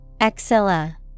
Axilla